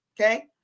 okay